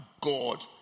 God